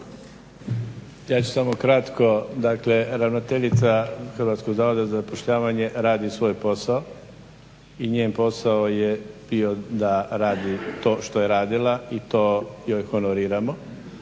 Ja ću samo kratko, dakle ravnateljica Hrvatskog zavoda za zapošljavanje radi svoj posao i njen posao je bio da radi to što je radila i to joj honoriramo.